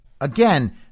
Again